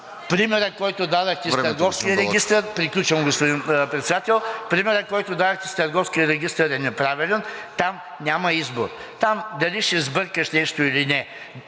примерът, който дадохте с Търговския регистър, е неправилен, там няма избор, там дали ще сбъркаш нещо или не